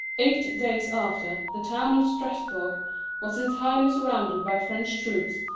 eight days after, the town of strasbourg was entirely sur rounded by french troops,